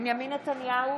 בנימין נתניהו,